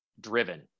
driven